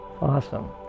Awesome